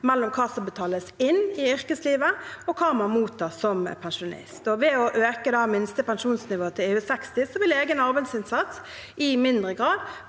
mellom hva som betales inn i løpet av yrkeslivet, og hva man mottar som pensjonist. Ved å øke minste pensjonsnivå til EU60 vil egen arbeidsinnsats i mindre grad